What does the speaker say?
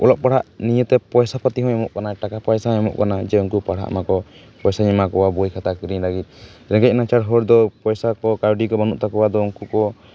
ᱚᱞᱚᱜ ᱯᱟᱲᱦᱟᱜ ᱱᱤᱭᱮ ᱛᱮ ᱯᱚᱭᱥᱟ ᱯᱟᱹᱛᱤ ᱦᱚᱭ ᱮᱢᱚᱜ ᱠᱟᱱᱟ ᱴᱟᱠᱟ ᱯᱚᱭᱥᱟ ᱦᱚᱭ ᱮᱢᱚᱜ ᱠᱟᱱᱟ ᱡᱮ ᱩᱱᱠᱩ ᱯᱟᱲᱦᱟᱜ ᱢᱟᱠᱚ ᱯᱚᱭᱥᱟᱹᱧ ᱮᱢᱟ ᱠᱚᱣᱟ ᱵᱳᱹᱭ ᱠᱷᱟᱛᱟ ᱠᱤᱨᱤᱧ ᱞᱟᱹᱜᱤᱫ ᱨᱮᱸᱜᱮᱡ ᱱᱟᱪᱟᱨ ᱦᱚᱲ ᱫᱚ ᱯᱚᱭᱥᱟ ᱠᱚ ᱠᱟᱹᱣᱰᱤ ᱠᱚ ᱵᱟᱹᱱᱩᱜ ᱛᱟᱠᱚᱣᱟ ᱩᱱᱠᱩ ᱠᱚ